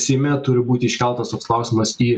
seime turi būti iškeltas toks klausimas į